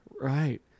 Right